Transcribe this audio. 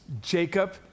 Jacob